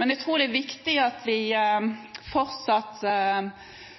men jeg tror det er viktig at vi fortsatt